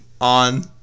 on